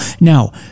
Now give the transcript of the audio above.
Now